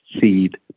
seed